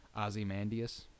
Ozymandias